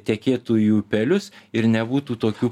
tekėtų į upelius ir nebūtų tokių